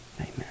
Amen